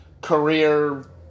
career